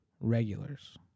regulars